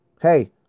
hey